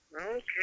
Okay